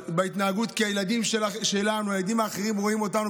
כי הילדים שלנו והילדים האחרים רואים אותנו,